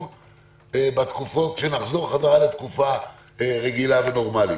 בתקופות כשנחזור חזרה לתקופה רגילה ונורמלית.